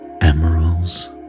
emeralds